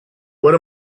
what